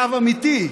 קו אמיתי,